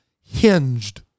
hinged